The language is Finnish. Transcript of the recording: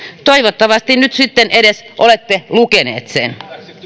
toivottavasti nyt sitten edes olette lukeneet sen